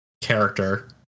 character